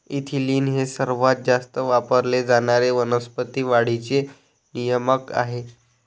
ethylene हे सर्वात जास्त वापरले जाणारे वनस्पती वाढीचे नियामक आहे